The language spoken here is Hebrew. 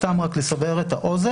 סתם רק לסבר את האוזן,